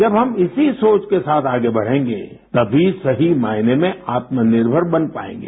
जब हम इसी सोच के साथ आगे बढ़ेंगे तभी सही मायने में आत्मनिर्भर बन पाएंगे